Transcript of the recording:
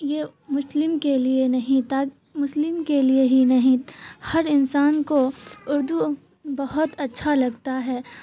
یہ مسلم کے لیے نہیں تاکہ مسلم کے لیے ہی نہیں ہر انسان کو اردو بہت اچھا لگتا ہے